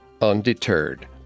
Undeterred